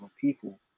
people